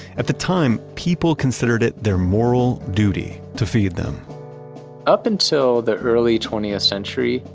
at the time, people considered it their moral duty to feed them up until the early twentieth century,